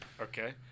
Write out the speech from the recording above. Okay